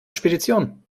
spedition